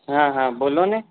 હા હા બોલો ને